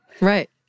right